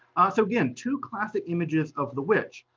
ah so again, two classic images of the witch.